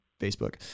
Facebook